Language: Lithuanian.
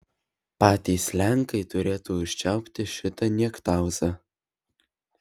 patys lenkai turėtų užčiaupti šitą niektauzą